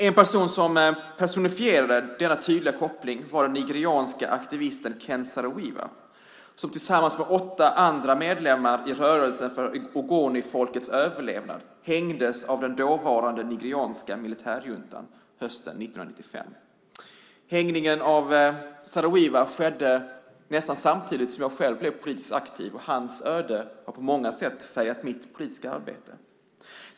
En person som personifierade denna tydliga koppling var den nigerianska aktivisten Ken Saro-Wiwa som tillsammans med åtta andra medlemmar i rörelsen för Ogonifolkets överlevnad hängdes av den dåvarande nigerianska militärjuntan hösten 1995. Hängningen av Saro-Wiwa skedde nästan samtidigt som jag själv blev politiskt aktiv. Hans öde har på många sätt färgat mitt politiska arbete.